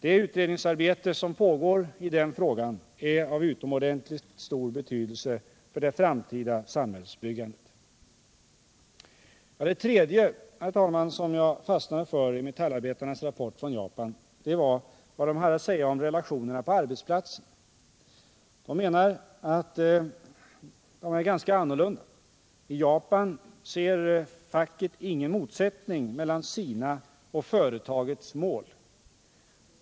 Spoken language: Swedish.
Det utredningsarbete som pågår i den frågan är av utomordentligt stor betydelse för det framtida samhällsbyggandet. Det tredje som jag fastnade för i metallarbetarnas rapport från Japan var vad de hade att säga om relationerna på arbetsplatsen. De menar att de är ganska annorlunda. I Japan ser facket ingen motsättning mellan sina och företagets mål.